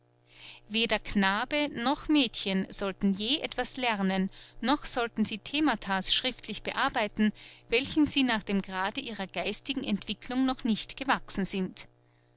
weder knabe noch mädchen sollten je etwas lernen noch sollten sie themata's schriftlich bearbeiten welchen sie nach dem grade ihrer geistigen entwicklung noch nicht gewachsen sind